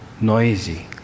noisy